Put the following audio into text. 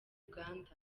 uganda